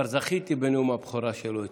כבר זכיתי בנאום הבכורה שלו אצלי.